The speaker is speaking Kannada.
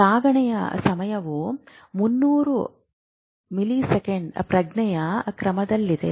ಸಾಗಣೆ ಸಮಯವು 300 ಮಿಲಿಸೆಕೆಂಡ್ ಪ್ರಜ್ಞೆಯ ಕ್ರಮದಲ್ಲಿದೆ